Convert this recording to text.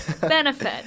Benefit